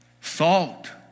Salt